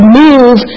move